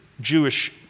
Jewish